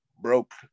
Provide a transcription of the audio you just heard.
broke